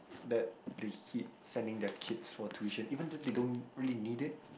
that they keep sending their kids for tuition even though they don't really need it